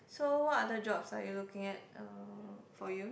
so what other jobs are you looking at uh for you